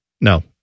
No